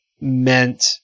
meant